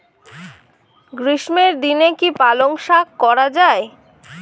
গ্রীষ্মের দিনে কি পালন শাখ করা য়ায়?